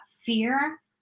fear